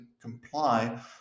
comply